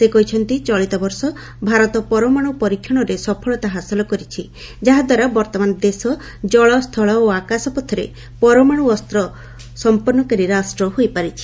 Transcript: ସେ କହିଛନ୍ତି ଚଳିତ ବର୍ଷ ଭାରତ ପରମାଣୁ ପରୀକ୍ଷଣରେ ସଫଳତା ହାସଲ କରିଛି ଯାହାଦ୍ୱାରା ବର୍ଉମାନ ଦେଶ ଜଳ ସ୍ଥଳ ଓ ଆକାଶପଥରେ ପରମାଣୁ ଅସ୍ତ ସଂପନ୍ନକାରୀ ରାଷ୍ଟ ହୋଇପାରିଛି